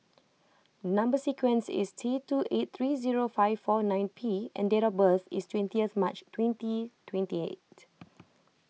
Number Sequence is T two eight three zero five four nine P and date of birth is twentieth March twenty twenty eight